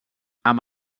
amb